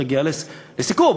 שתגיע לסיכום.